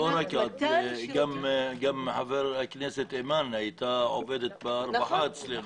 גם חברת הכנסת אימאן הייתה עובדת ברווחה אצלנו.